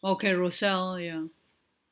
oh carousell ya